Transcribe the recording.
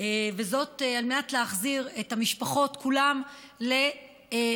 וזאת על מנת להחזיר את המשפחות כולן לחוויה